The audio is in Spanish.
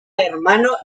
hermano